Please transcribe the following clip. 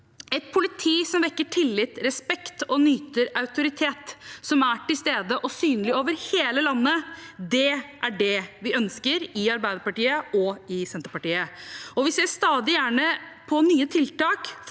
Et politi som vekker tillit, respekt og nyter autoritet, som er til stede og synlig over hele landet, er det vi i Arbeiderpartiet og Senterpartiet ønsker. Vi ser stadig gjerne på nye tiltak